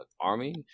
army